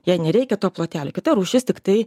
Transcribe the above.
jai nereikia to plotelio kita rūšis tiktai